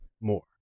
more